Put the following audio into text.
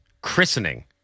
christening